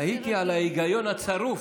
תהיתי על ההיגיון הצרוף.